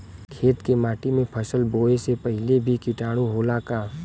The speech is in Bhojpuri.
खेत के माटी मे फसल बोवे से पहिले भी किटाणु होला का?